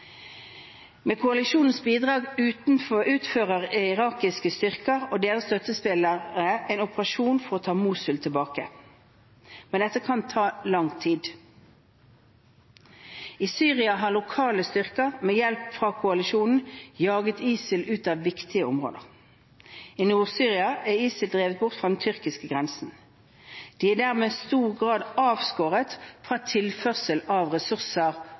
Med koalisjonens bistand utfører irakiske styrker og deres støttespillere en operasjon for å ta Mosul tilbake. Men dette kan ta lang tid. I Syria har lokale styrker med hjelp fra koalisjonen jaget ISIL ut av viktige områder. I Nord-Syria er ISIL drevet bort fra den tyrkiske grensen. De er dermed i stor grad avskåret fra tilførsel av ressurser